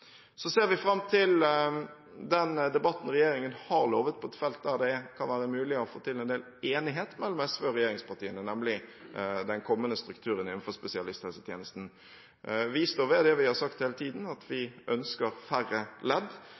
Så ser vi fram til den debatten regjeringen har lovet på et felt der det kan være mulig å få til en del enighet mellom SV og regjeringspartiene, nemlig den kommende strukturen innenfor spesialisthelsetjenesten. Vi står ved det vi har sagt hele tiden, at vi ønsker færre ledd,